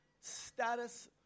status